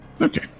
Okay